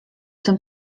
tym